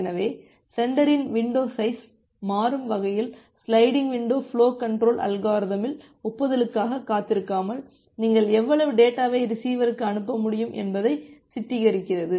எனவே சென்டரின் window size மாறும் வகையில் சிலைடிங் விண்டோ ஃபுலோக் கன்ட்ரோல் அல்காரிதமில் ஒப்புதலுக்காகக் காத்திருக்காமல் நீங்கள் எவ்வளவு டேட்டாவை ரிசீவருக்கு அனுப்ப முடியும் என்பதை சித்தரிக்கிறது